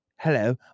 hello